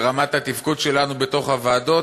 ומה רמת התפקוד שלנו בתוך הוועדות,